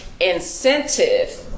incentive